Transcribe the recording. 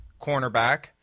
cornerback